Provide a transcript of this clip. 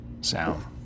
sound